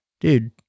dude